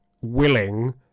willing